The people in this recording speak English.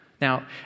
Now